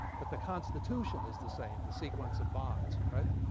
but the constitution is the same, the sequence of bonds. right?